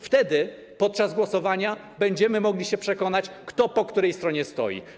Wtedy podczas głosowania będziemy mogli się przekonać, kto po której stronie stoi.